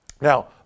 Now